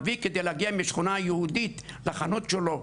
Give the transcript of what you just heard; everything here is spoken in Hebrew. אבי כדי להגיע מהשכונה היהודית לחנות שלו,